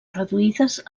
reduïdes